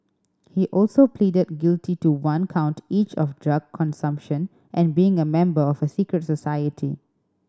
he also pleaded guilty to one count each of drug consumption and being a member of a secret society